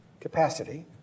capacity